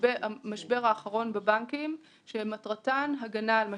המשבר האחרון בבנקים שמטרתן הייתה הגנה על משקיעים.